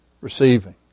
receiving